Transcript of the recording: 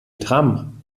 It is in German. tram